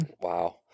Wow